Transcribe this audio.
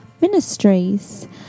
Ministries